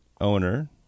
owner